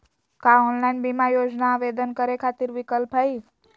का ऑनलाइन बीमा योजना आवेदन करै खातिर विक्लप हई?